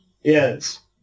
Yes